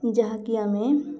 ଯାହାକି ଆମେ